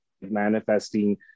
manifesting